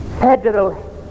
federal